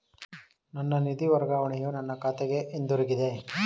ನನ್ನ ನಿಧಿ ವರ್ಗಾವಣೆಯು ನನ್ನ ಖಾತೆಗೆ ಹಿಂತಿರುಗಿದೆ